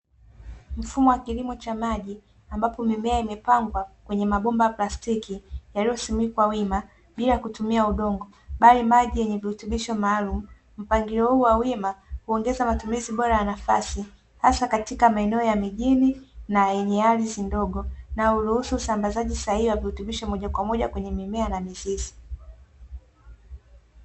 Mfumo wa kilimo maji ambapo ambapo mimea imependwa kwenye mabomba ya plastiki yaliyosimikwa wima bila kutumia udongo, bali maji yenye virutubisho maalumu mpangilio huu wa wima huongeza matumizi bora ya nafasi, hasa katika maeneo ya mijini na yenye ardhi ndogo na huruhusu usambazaji sahihi wa virutubisho wa mimea na mizizi.